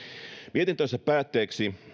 mietintönsä päätteeksi